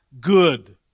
good